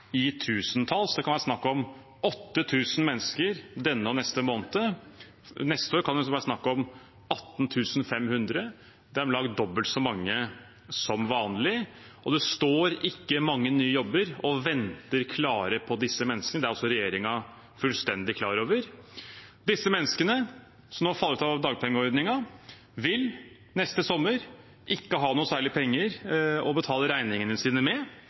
i tusentalls. Det kan være snakk om 8 000 mennesker denne og neste måned. Neste år kan det være snakk om 18 500. Det er om lag dobbelt så mange som vanlig, og det står ikke mange nye jobber klar og venter på disse menneskene. Det er også regjeringen fullstendig klar over. Disse menneskene som nå faller ut av dagpengeordningen, vil neste sommer ikke ha noe særlig penger å betale regningene sine med,